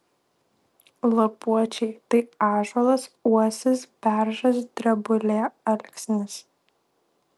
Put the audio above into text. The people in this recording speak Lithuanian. lapuočiai tai ąžuolas uosis beržas drebulė alksnis